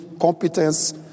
competence